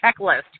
checklist